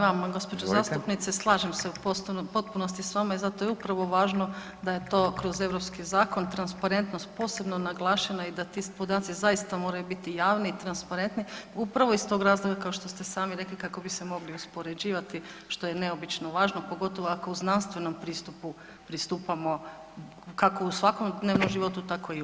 vama gđo. zastupnice, slažem se u potpunosti s vama i zato je upravo važno da je to kroz europski zakon transparentnost posebno naglašena i da ti podaci zaista moraju biti javni i transparentni, upravo iz tog razloga kao što ste sami rekli kako bi se mogli uspoređivati što je neobično važno, pogotovo ako u znanstvenom pristupu pristupamo kako u svakodnevnom životu, tako i u buci.